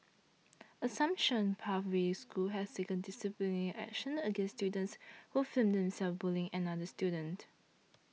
Assumption Pathway School has taken disciplinary action against students who filmed themselves bullying another student